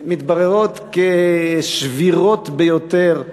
מתבררות כשבירות ביותר.